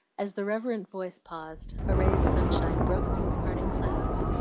as the reverent voice paused, a ray of sunshine broke through the parting clouds,